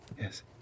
Yes